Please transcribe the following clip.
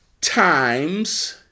times